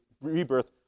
rebirth